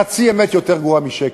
חצי אמת יותר גרועה משקר.